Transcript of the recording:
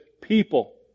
people